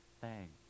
Thanks